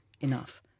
enough